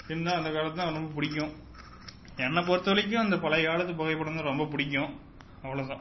இருந்தாலும் அந்த காலத்தை தான் ரொம்ப பிடிக்கும் என்னை பொறுத்தவரைக்கும் இந்த பழைய காலத்து புகைப்படம் தான் ரொம்ப பிடிக்கும் அவ்வளோதான்